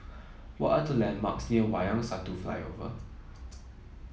what are the landmarks near Wayang Satu Flyover